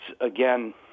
again